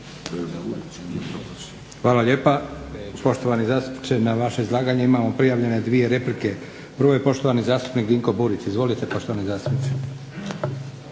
Hvala lijepa. Poštovani zastupniče na vaše izlaganje imamo prijavljene dvije replike. Prvo je poštovani zastupnik Dinko Burić. Izvolite. **Burić,